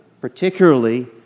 particularly